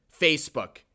Facebook